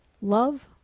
Love